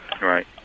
Right